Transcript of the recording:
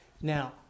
Now